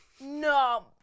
No